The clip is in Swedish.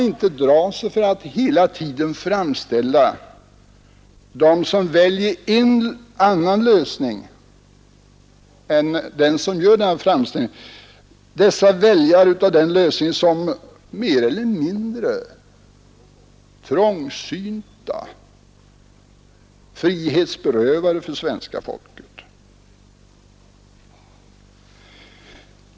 Detta är fallet särskilt när förespråkarna för att behålla den fria försäljningen av mellanöl inte drar sig för att framställa dem som väljer en annan lösning än de själva väljer som trångsynta och beskyller dem för att beröva svenska folket dess frihet.